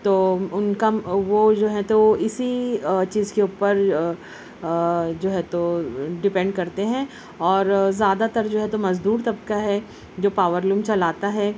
تو ان کا وہ جو ہے تو اسی چیز کے اوپر جو ہے تو ڈپینڈ کرتے ہیں اور زیادہ تر جو ہے تو مزدور طبقہ ہے جو پاور لوم چلاتا ہے